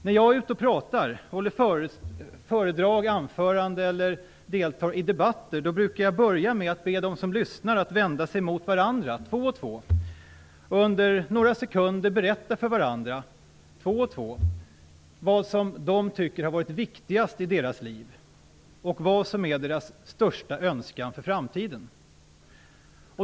När jag är ute och pratar, håller föredrag eller deltar i debatter brukar jag börja med att be dem som lyssnar att vända sig mot varandra, två och två, och under några sekunder berätta för varandra vad de tycker har varit viktigast i deras liv och vad som är deras största önskan för framtiden.